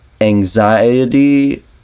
Anxiety